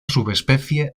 subespecie